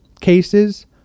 cases